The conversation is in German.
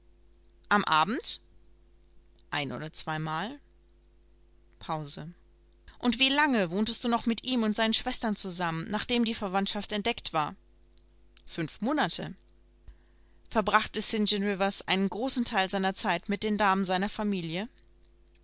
am abend ein oder zweimal pause und wie lange wohntest du noch mit ihm und seinen schwestern zusammen nachdem die verwandtschaft entdeckt war fünf monate verbrachte st john rivers einen großen teil seiner zeit mit den damen seiner familie